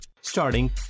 Starting